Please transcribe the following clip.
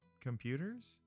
computers